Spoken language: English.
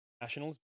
nationals